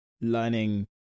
learning